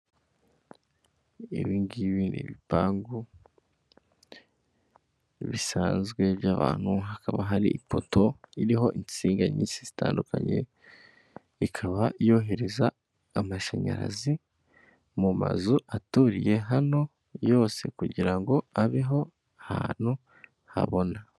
Ibi ngibi ni ibipangu bisanzwe by'abantu hakaba hari ipoto iriho insinga nyinshi zitandukanye, ikaba yohereza amashanyarazi mu mazu aturiye hano yose kugirango abeho ahantu habona.